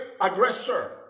aggressor